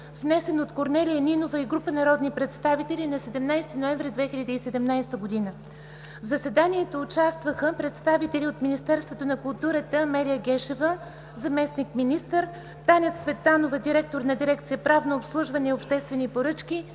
внесен от Корнелия Нинова и група народни представители на 17 ноември 2017 г. В заседанието участваха представители от Министерството на културата: Амелия Гешева – заместник-министър, Таня Цветанова – директор на дирекция „Правно обслужване и обществени поръчки“,